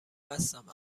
بستم